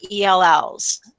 ELLs